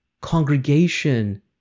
congregation